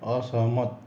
असहमत